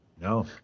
no